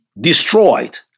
destroyed